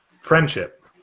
friendship